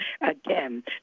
Again